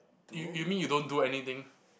you you mean you don't do anything